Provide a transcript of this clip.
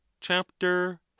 Chapter